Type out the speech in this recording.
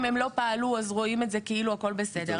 אם הם לא פעלו אז רואים את זה כאילו הכל בסדר.